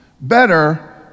better